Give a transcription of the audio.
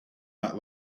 that